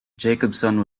jacobson